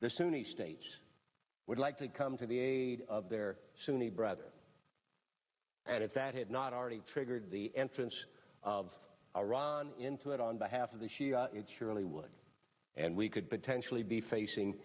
the sunni states would like to come to the aid of their sunni brother and if that had not already triggered the entrance of iraq into it on behalf of the shia it surely would and we could potentially be facing